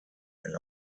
and